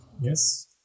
Yes